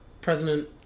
President